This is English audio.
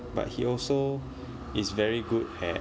but he also is very good at